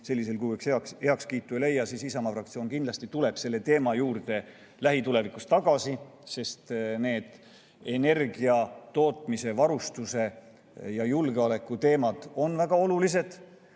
sellisel kujul heakskiitu ei leia, siis Isamaa fraktsioon kindlasti tuleb selle teema juurde lähitulevikus tagasi, kuna need energiatootmise, ‑varustuse ja ‑julgeoleku teemad on väga olulised.